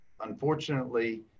Unfortunately